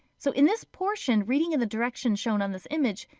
so in this portion, reading in the direction shown on this image,